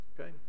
Okay